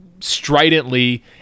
stridently